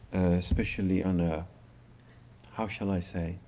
especially on a how shall i say?